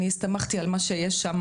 אני הסתמכתי על מה שיש שם.